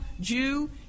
Jew